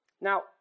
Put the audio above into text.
Now